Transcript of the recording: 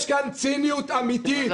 יש כאן ציניות אמיתית.